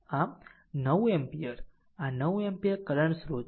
આમ 9 એમ્પીયર આ 9 ampere current સ્રોત છે